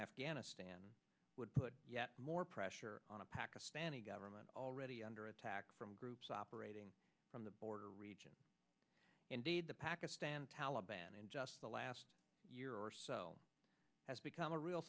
fghanistan would put more pressure on a pakistani government already under attack from groups operating from the border region indeed the pakistan taliban in just the last year or so has become a real